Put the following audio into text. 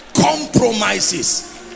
compromises